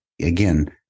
again